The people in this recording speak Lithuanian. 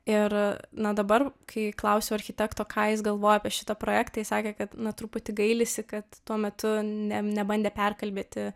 ir na dabar kai klausiau architekto ką jis galvojo apie šitą projektą jis sakė kad na truputį gailisi kad tuo metu ne nebandė perkalbėti